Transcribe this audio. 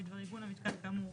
בדבר עיגון המיתקן כאמור